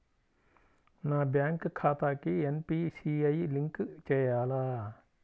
నా బ్యాంక్ ఖాతాకి NPCI link చేయాలా?